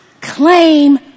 claim